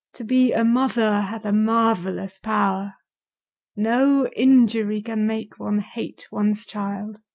to be a mother hath a marvellous power no injury can make one hate one's child.